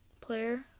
player